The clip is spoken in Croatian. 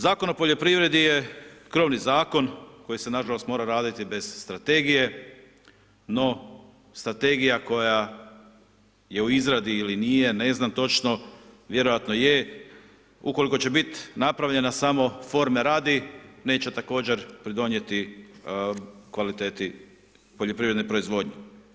Zakon o poljoprivredi je krovni zakon koji se nažalost mora raditi bez strategije no strategija koja je u izradi ili nije, ne znam točno, vjerojatno je, ukoliko će biti napravljena samo forme radi, neće također pridonijeti kvaliteti poljoprivredne proizvodnje.